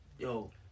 Yo